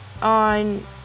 on